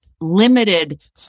limited